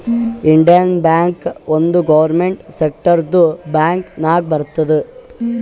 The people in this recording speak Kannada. ಇಂಡಿಯನ್ ಬ್ಯಾಂಕ್ ಒಂದ್ ಗೌರ್ಮೆಂಟ್ ಸೆಕ್ಟರ್ದು ಬ್ಯಾಂಕ್ ನಾಗ್ ಬರ್ತುದ್